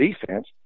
defense